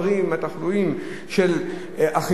מהתחלואים של החינוך,